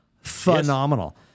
Phenomenal